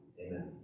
Amen